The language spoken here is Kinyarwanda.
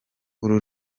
uru